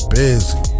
busy